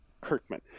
kirkman